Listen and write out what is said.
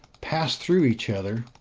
pass through each other,